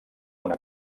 una